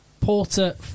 Porter